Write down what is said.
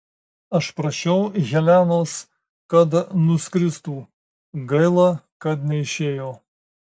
aš prašiau helenos kad nuskristų gaila kad neišėjo